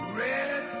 red